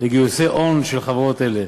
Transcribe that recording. לגיוסי הון של חברות אלה,